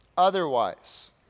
Otherwise